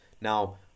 Now